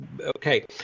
okay